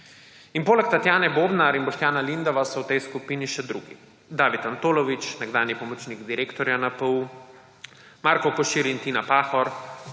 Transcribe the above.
In poleg Tatjane Bobnar in Boštjana Lindava so v tej skupini še drugi, David Antolovič, nekdanji pomočnik direktorja NPU, Marko Košir in Tina Pahor,